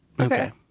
Okay